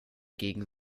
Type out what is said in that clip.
gegen